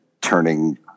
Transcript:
turning